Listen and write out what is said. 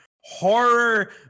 horror